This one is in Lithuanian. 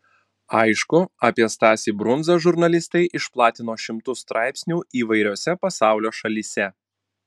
aišku apie stasį brundzą žurnalistai išplatino šimtus straipsnių įvairiose pasaulio šalyse